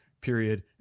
period